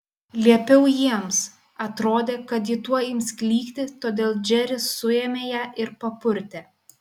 liepiau jiems atrodė kad ji tuoj ims klykti todėl džeris suėmė ją ir papurtė